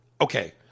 Okay